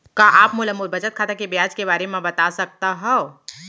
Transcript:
का आप मोला मोर बचत खाता के ब्याज के बारे म बता सकता हव?